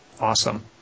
Awesome